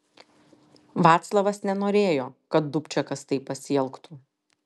vaclavas nenorėjo kad dubčekas taip pasielgtų